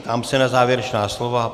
Ptám se na závěrečná slova.